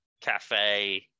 cafe